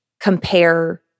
compare